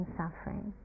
suffering